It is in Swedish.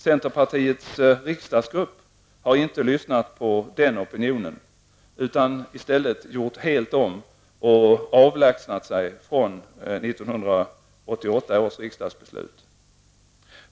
Centerpartiets riksdagsgrupp har inte lyssnat på den opinionen, utan i stället gjort helt om och avlägsnat sig från 1988 års riksdagsbeslut.